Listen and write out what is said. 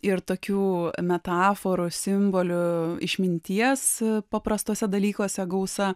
ir tokių metaforų simbolių išminties paprastuose dalykuose gausa